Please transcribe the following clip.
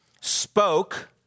spoke